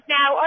now